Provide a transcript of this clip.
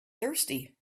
thirsty